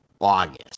August